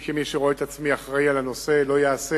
אני, כמי שרואה את עצמי אחראי על הנושא, לא אהסס